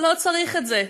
לא צריך את זה.